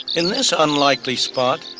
in this unlikely spot,